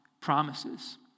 promises